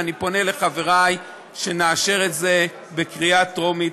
אני פונה לחברי שנאשר את זה בקריאה טרומית.